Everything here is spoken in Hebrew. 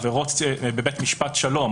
עבירות בבית משפט שלום